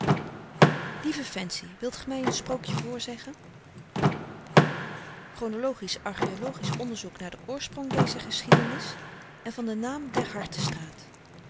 lieve fancy wilt ge my een sprookje voorzeggen chronologisch archaeologisch onderzoek naar den oorsprong dezer geschiedenis en van den naam der hartenstraat